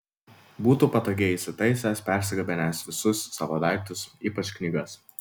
būtų patogiai įsitaisęs persigabenęs visus savo daiktus ypač knygas